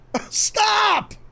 Stop